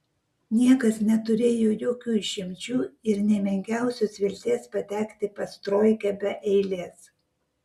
niekas neturėjo jokių išimčių ir nė menkiausios vilties patekti pas troikę be eilės